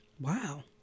Wow